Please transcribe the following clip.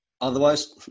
Otherwise